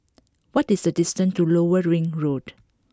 what is the distance to Lower Ring Road